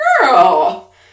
girl